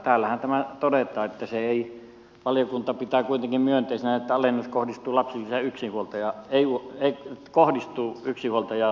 täällähän tämä todetaan että valiokunta pitää kuitenkin myönteisenä että alennus voi tulla ja yksinhuoltaja eilu ei kohdistunut väkivalta ja